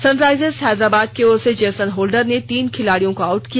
Sunrisers Hyderabad की ओर से जेसन होल्डर ने तीन खिलाडियों को आउट किया